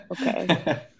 Okay